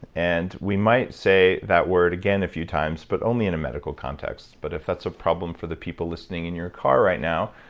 and we might say that word again a few times, but only in a medical context. but if that's a problem for the people listening in your car right now,